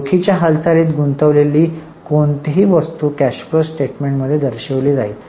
रोखीच्या हालचालीत गुंतलेली कोणतीही वस्तू कॅश फ्लो स्टेटमेंट मध्ये दर्शविली जाईल